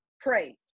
pray